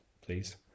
please